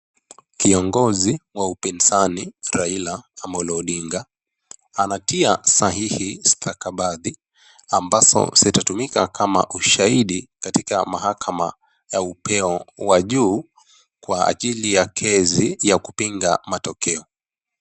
Kiongozi wa upinzani, Raila Amolo Odinga, anatia sahihi stakabadhi ambazo zitatumika kama ushahidi katika mahakama ya upeo wa juu, kwa ajili ya kesi ya kupinga matokeo.